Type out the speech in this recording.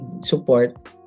support